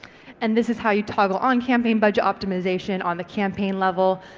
and this is how you toggle on campaign budget optimisation on the campaign level.